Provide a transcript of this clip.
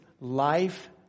life